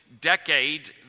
decade